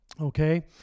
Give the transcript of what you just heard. Okay